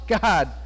God